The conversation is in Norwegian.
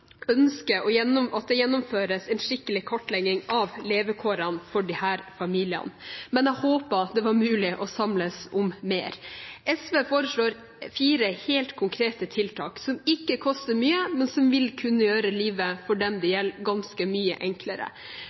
ønsker at det gjennomføres en skikkelig kartlegging av levekårene for disse familiene. Men jeg hadde håpet at det var mulig å samles om mer. SV foreslår fire helt konkrete tiltak, som ikke koster mye, men som vil kunne gjøre livet for dem det gjelder, ganske mye enklere.